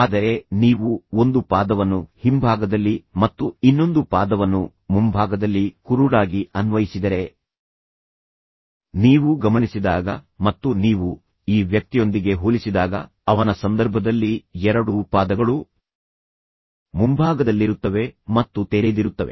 ಆದರೆ ನೀವು ಒಂದು ಪಾದವನ್ನು ಹಿಂಭಾಗದಲ್ಲಿ ಮತ್ತು ಇನ್ನೊಂದು ಪಾದವನ್ನು ಮುಂಭಾಗದಲ್ಲಿ ಕುರುಡಾಗಿ ಅನ್ವಯಿಸಿದರೆ ನೀವು ಗಮನಿಸಿದಾಗ ಮತ್ತು ನೀವು ಈ ವ್ಯಕ್ತಿಯೊಂದಿಗೆ ಹೋಲಿಸಿದಾಗ ಅವನ ಸಂದರ್ಭದಲ್ಲಿ ಎರಡೂ ಪಾದಗಳು ಮುಂಭಾಗದಲ್ಲಿರುತ್ತವೆ ಮತ್ತು ತೆರೆದಿರುತ್ತವೆ